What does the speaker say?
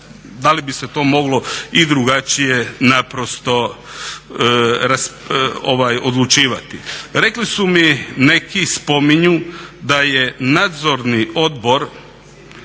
da li bi se to moglo i drugačije naprosto odlučivati. Rekli su mi neki, spominju da je Nadzorni odbor